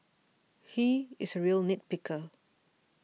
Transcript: he is a real nit picker